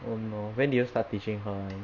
oh no when did you start teaching her [one]